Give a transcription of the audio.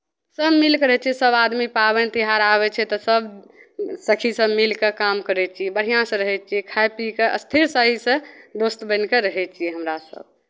सभ मिलि कऽ रहै छियै सभ आदमी पाबनि तिहार आबै छै तऽ सभ सखी सभ मिलि कऽ काम करै छियै बढ़िआँसँ रहै छियै खाय पी कऽ स्थिर शरीरसँ दोस्त बनि कऽ रहै छियै हमरासभ